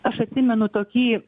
aš atsimenu tokį